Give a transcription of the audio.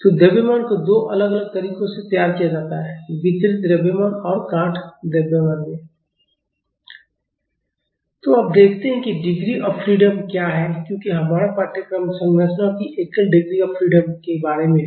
तो द्रव्यमान को दो अलग अलग तरीकों से तैयार किया जाता है वितरित द्रव्यमान और गांठ द्रव्यमान में तो अब देखते हैं कि डिग्री ऑफ फ्रीडम क्या है क्योंकि हमारा पाठ्यक्रम संरचनाओं की एकल डिग्री ऑफ फ्रीडम के बारे में है